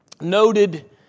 noted